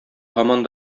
һаман